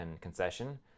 concession